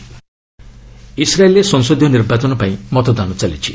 Israel voting ଇସ୍ରାଏଲ୍ରେ ସଂସଦୀୟ ନିର୍ବାଚନ ପାଇଁ ମତଦାନ ଚାଲିଛି